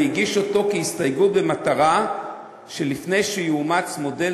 והגיש אותו כהסתייגות במטרה שלפני שיאומץ מודל